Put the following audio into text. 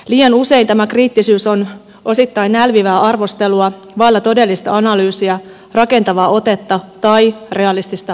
liian usein tämä kriittisyys on osittain nälvivää arvostelua vailla todellista analyysiä rakentavaa otetta tai realistista vaihtoehtoa